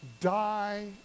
die